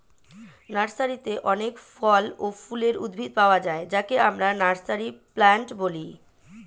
নার্সারিতে অনেক ফল ও ফুলের উদ্ভিদ পাওয়া যায় যাকে আমরা নার্সারি প্লান্ট বলি